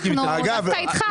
אנחנו דווקא איתך?